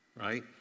Right